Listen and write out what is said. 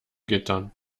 gittern